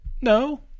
no